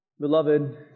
Beloved